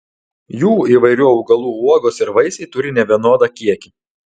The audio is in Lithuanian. jų įvairių augalų uogos ir vaisiai turi nevienodą kiekį